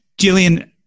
Jillian